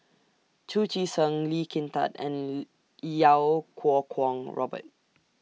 Chu Chee Seng Lee Kin Tat and Iau Kuo Kwong Robert